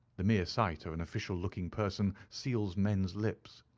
the mere sight of an official-looking person seals men's lips.